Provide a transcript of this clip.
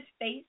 face